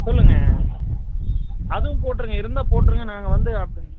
சொல்லுங்கள் அதுவும் போட்டுருங்க இருந்தால் போட்டுருங்க நாங்கள் வந்து அப்